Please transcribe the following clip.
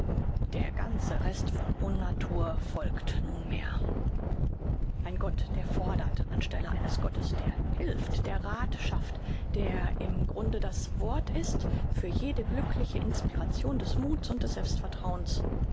der ganze rest von unnatur folgt nunmehr ein gott der fordert an stelle eines gottes der hilft der rath schafft der im grunde das wort ist für jede glückliche inspiration des muths und des selbstvertrauens